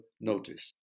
notice